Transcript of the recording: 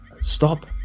Stop